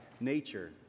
Nature